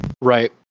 right